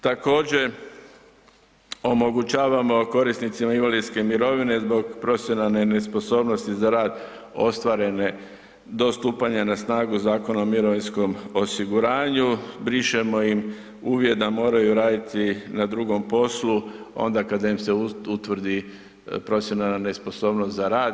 Također omogućavamo korisnicima invalidske mirovine zbog profesionalne nesposobnosti za rad ostvarene do stupanja na snagu Zakona o mirovinskom osiguranju, brišemo im uvjet da moraju raditi na drugom poslu onda kada im se utvrdi profesionalna nesposobnost za rad.